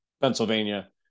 Pennsylvania